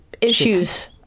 issues